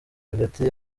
hagati